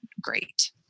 great